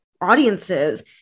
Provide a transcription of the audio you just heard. audiences